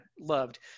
loved